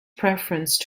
preference